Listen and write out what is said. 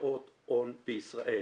השקעות הון בישראל,